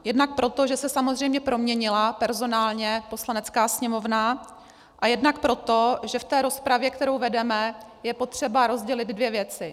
Jednak proto, že se samozřejmě proměnila personálně Poslanecká sněmovna, a jednak proto, že v rozpravě, kterou vedeme, je potřeba rozdělit dvě věci.